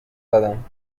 دادم